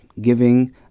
giving